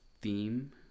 theme